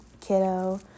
kiddo